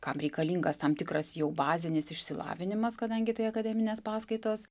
kam reikalingas tam tikras jau bazinis išsilavinimas kadangi tai akademinės paskaitos